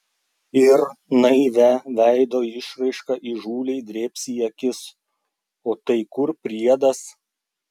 ir naivia veido išraiška įžūliai drėbs į akis o tai kur priedas